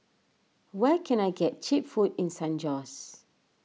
where can I get Cheap Food in San Jose